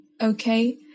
okay